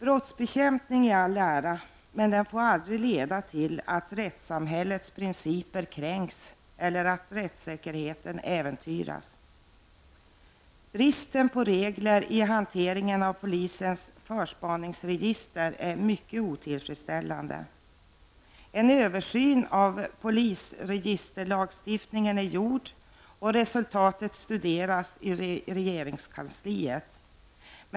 Brottsbekämpning i all ära, men den får aldrig leda till att rättssamhällets principer kränks eller att rättssäkerheten äventyras. Bristen på regler i hanteringen av polisens förspaningsregister är mycket otillfredsställande. En översyn av polisregisterlagstiftningen är gjord och resultatet studeras i regeringskansliet.